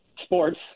sports